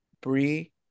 Brie